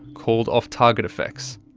called off-target effects.